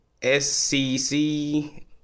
SCC